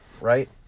right